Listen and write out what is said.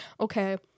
Okay